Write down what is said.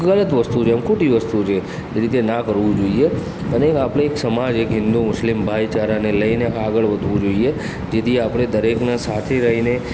ગલત વસ્તુ છે એમ ખોટી વસ્તુ છે એ રીતે ના કરવું જોઇએ અને આપણે એક સમાજ એક હિંદુ મુસ્લિમ ભાઇચારાને લઇને આગળ વધવું જોઇએ જેથી આપણે દરેકના સાથે રહીને